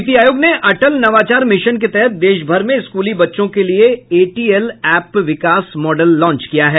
नीति आयोग ने अटल नवाचार मिशन के तहत देशभर में स्कूली बच्चों के लिए ए टी एल एप विकास मॉडल लांच किया है